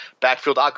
backfield